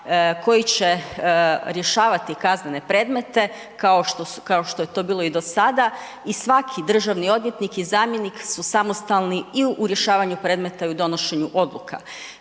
koji će rješavati kaznene predmete kao što je to bilo i do sada i svaki državni odvjetnik i zamjenik su samostalni i u rješavanju predmeta i u donošenju odluka.